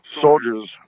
soldiers